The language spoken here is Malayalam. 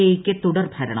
എ യ്ക്ക് തുടർഭരണം